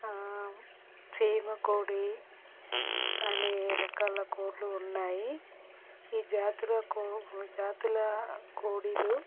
చేమ కోడి అనే రకాల కోళ్ళు ఉన్నాయి ఈ జాతుల కో జాతుల కోడిలు